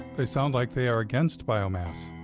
they sound like they are against biomass.